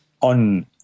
on